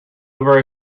very